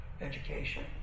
education